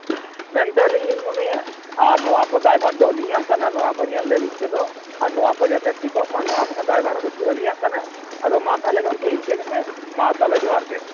ᱢᱮᱱᱛᱮ ᱟᱞᱤᱧ ᱞᱤᱧ ᱢᱚᱱᱮᱭᱟ ᱟᱨ ᱱᱚᱣᱟ ᱠᱚ ᱫᱟᱭᱵᱷᱟᱨ ᱫᱚ ᱟᱞᱤᱧᱟᱜ ᱠᱟᱱᱟ ᱱᱚᱣᱟ ᱠᱚ ᱧᱮᱞ ᱞᱟᱹᱜᱤᱫ ᱛᱮᱫᱚ ᱟᱨ ᱱᱚᱣᱟ ᱠᱚ ᱡᱟᱛᱮ ᱴᱤᱠᱚᱜ ᱢᱟ ᱱᱚᱣᱟ ᱠᱚᱦᱚᱸ ᱫᱟᱭᱵᱷᱟᱨ ᱦᱚᱸ ᱠᱟᱹᱴᱤᱡ ᱟᱹᱞᱤᱧᱟᱜ ᱠᱟᱱᱟ ᱟᱫᱚ ᱢᱟ ᱛᱟᱦᱚᱞᱮ ᱜᱚᱢᱠᱮ ᱤᱱᱠᱟᱹ ᱜᱮ ᱦᱮᱸ ᱢᱟ ᱛᱟᱦᱚᱞᱮ ᱡᱚᱦᱟᱨ ᱜᱮ